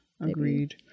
Agreed